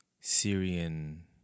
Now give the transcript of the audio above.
Syrian